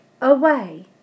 away